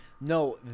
no